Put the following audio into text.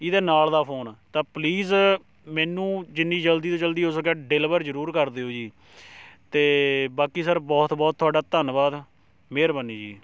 ਇਹਦੇ ਨਾਲ਼ ਦਾ ਫੋਨ ਤਾਂ ਪਲੀਜ਼ ਮੈਨੂੰ ਜਿੰਨੀ ਜਲਦੀ ਤੋਂ ਜਲਦੀ ਹੋ ਸਕਿਆ ਡਿਲਵਰ ਜ਼ਰੂਰ ਕਰ ਦਿਓ ਜੀ ਅਤੇ ਬਾਕੀ ਸਰ ਬਹੁਤ ਬਹੁਤ ਤੁਹਾਡਾ ਧੰਨਵਾਦ ਮਿਹਰਬਾਨੀ ਜੀ